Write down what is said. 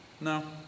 No